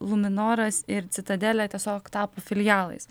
luminoras ir citadele tiesiog tapo filialais